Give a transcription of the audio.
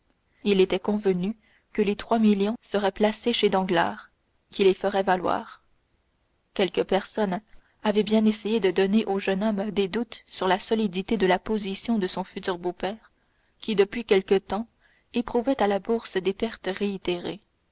il était convenu que les trois millions seraient placés chez danglars qui les ferait valoir quelques personnes avaient bien essayé de donner au jeune homme des doutes sur la solidité de la position de son futur beau-père qui depuis quelque temps éprouvait à la bourse des pertes réitérées